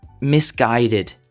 misguided